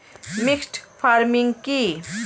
Mixed farming কি?